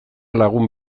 lagun